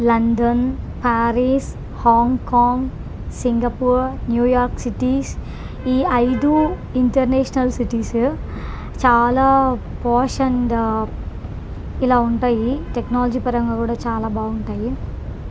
London Paris Hong Kong Singapore New York cities ఈ ఐదు international cities చాలా posh and ఇలా ఉంటాయి టెక్నాలజీ పరంగా కూడా చాలా బాగుంటాయి